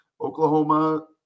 Oklahoma